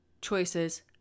choices